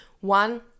one